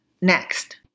next